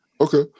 Okay